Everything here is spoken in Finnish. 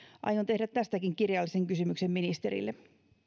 aion tehdä tästäkin kirjallisen kysymyksen ministerille